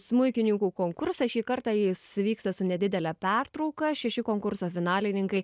smuikininkų konkursą šį kartą jis vyksta su nedidele pertrauka šeši konkurso finalininkai